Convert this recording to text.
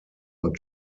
und